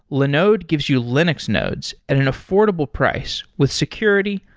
linode gives you linux nodes at an affordable price, with security,